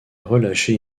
relâché